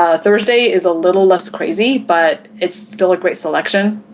ah thursday is a little less crazy but it's still a great selection,